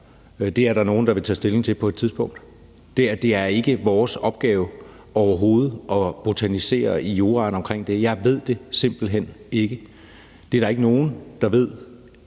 Det er der nogen, der vil tage stilling til på et tidspunkt. Det er ikke vores opgave overhovedet at botanisere i juraen omkring det. Jeg ved det simpelt hen ikke. Det er der ikke nogen, der ved.